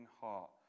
heart